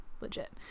legit